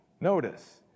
Notice